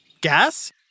gas